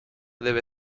debe